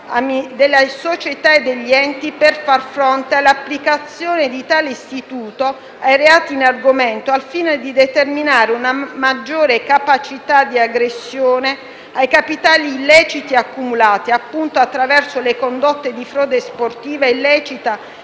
delle società e degli enti per far fronte all'applicazione di tale istituto ai reati in argomento, al fine di determinare una maggiore capacità di aggressione ai capitali illeciti accumulati, appunto, attraverso le condotte di frode sportiva e illecita